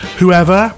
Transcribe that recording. whoever